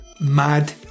mad